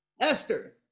Esther